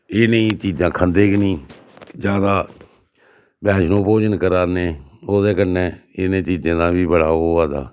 एह् नेही चीजां खंदे गै नेईं ज्यादा बैश्णो भोजन करा ने ओह्दे कन्नै इ'नें चीजें दा बी बड़ा ओह् होआ दा